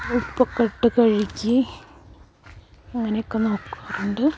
ഉപ്പൊക്കെ ഇട്ട് കഴുകി അങ്ങനെയൊക്കെ നോക്കാറുണ്ട്